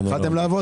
אנחנו כבר עובדים.